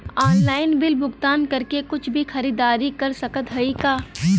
Online bill भुगतान करके कुछ भी खरीदारी कर सकत हई का?